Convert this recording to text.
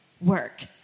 work